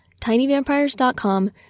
tinyvampires.com